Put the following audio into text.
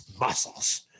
Muscles